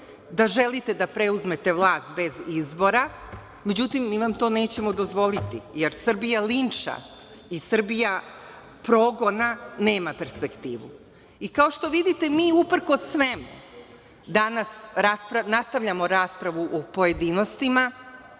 da želite da preuzmete vlast bez izbora, ali vam mi to nećemo dozvoliti, jer Srbija linča i Srbija progona nema perspektivu. Kao što vidite, mi uprkos svemu danas nastavljamo raspravu u pojedinostima